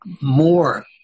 more